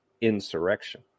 insurrection